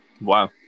Wow